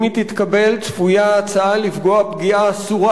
אם היא תתקבל צפויה ההצעה לפגוע פגיעה אסורה